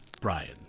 Brian